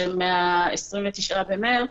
שהן מ-29 במרץ,